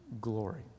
glory